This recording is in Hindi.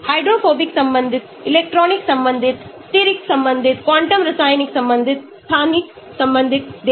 हाइड्रोफोबिक संबंधित इलेक्ट्रॉनिक संबंधित steric संबंधित क्वांटम रासायनिक संबंधित स्थानिक संबंधित देखें